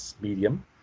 medium